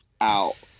out